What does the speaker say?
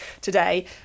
today